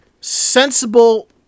sensible